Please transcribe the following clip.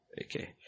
Okay